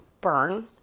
burn